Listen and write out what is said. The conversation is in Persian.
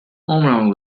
عمرمو